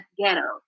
ghetto